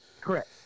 correct